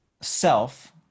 self